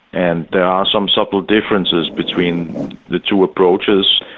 and there are some subtle differences between the two approaches,